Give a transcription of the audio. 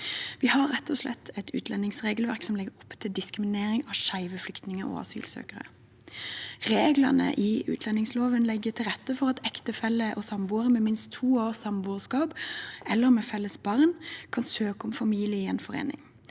slett et utlendingsregelverk som legger opp til diskriminering av skeive flyktninger og asylsøkere. Reglene i utlendingsloven legger til rette for at ektefeller og samboere med minst to års samboerskap eller med felles barn kan søke om familiegjenforening.